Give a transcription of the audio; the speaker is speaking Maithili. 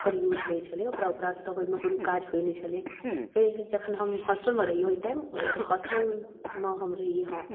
ओकर यूज ओकरा उपरान्त तऽ ओहिमे कोनो काज तऽ होइ नहि छलै फेर जखन हम हॉस्टलमे रही ओहि टाइम हॉस्टलमे हम रही हँ